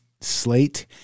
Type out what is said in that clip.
slate